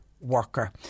worker